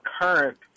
current